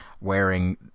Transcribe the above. wearing